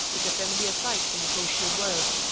is a familiar sight in the social world.